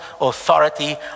authority